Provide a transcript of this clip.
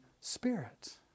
Spirit